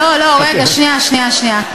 לא לא, רגע שנייה, שנייה.